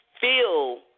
feel –